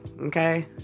okay